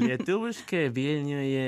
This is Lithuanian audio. lietuviškai vilniuje